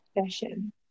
fashion